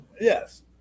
yes